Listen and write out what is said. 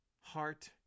heart